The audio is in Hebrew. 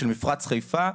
של מפרץ חיפה,